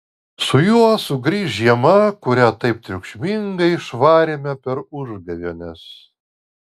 su juo sugrįš žiema kurią taip triukšmingai išvarėme per užgavėnes